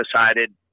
decided